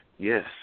Yes